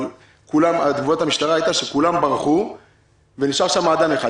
אבל תגובת המשטרה הייתה שכולם ברחו ונשאר שם אדם אחד.